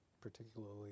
particularly